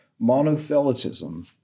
Monothelitism